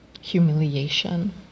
humiliation